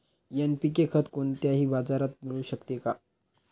NPK खत कोणत्याही बाजारात मिळू शकते का?